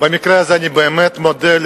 במקרה הזה אני באמת מודה,